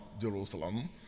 Jerusalem